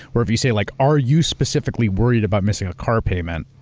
where if you say, like are you specifically worried about missing a car payment,